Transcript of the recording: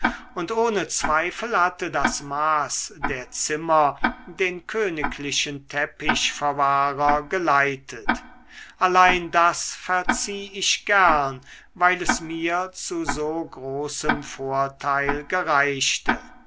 und ohne zweifel hatte das maß der zimmer den königlichen teppichverwahrer geleitet allein das verzieh ich gern weil es mir zu so großem vorteil gereichte